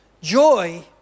Joy